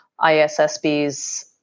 ISSB's